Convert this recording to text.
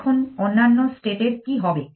এখন অন্যান্য state এর কী হবে